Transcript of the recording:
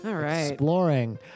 exploring